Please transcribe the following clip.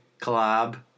collab